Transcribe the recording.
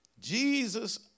Jesus